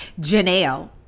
Janelle